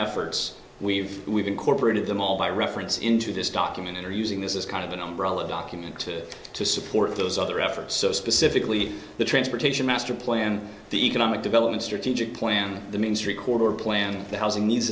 efforts we've we've incorporated them all by reference into this document and are using this as kind of an umbrella document to support those other efforts so specifically the transportation master plan the economic development strategic plan the means recorder plan the housing needs